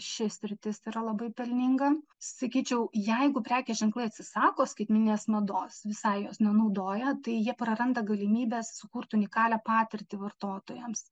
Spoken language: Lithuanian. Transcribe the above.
ši sritis yra labai pelninga sakyčiau jeigu prekės ženklai atsisako skaitmeninės mados visai jos nenaudoja tai jie praranda galimybes sukurt unikalią patirtį vartotojams